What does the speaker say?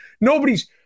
nobody's